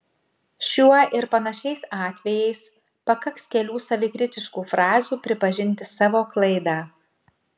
šiuo ir panašiais atvejais pakaks kelių savikritiškų frazių pripažinti savo klaidą